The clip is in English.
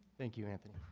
thank you anthony.